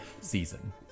season